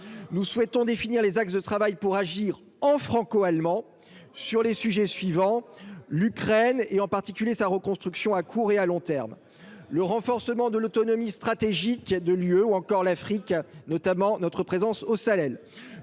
nous souhaitons définir les axes de travail pour agir en franco-allemand sur les sujets suivants : l'Ukraine et en particulier sa reconstruction à court et à long terme, le renforcement de l'autonomie stratégique qui a de lieux ou encore l'Afrique notamment notre présence au Sahel,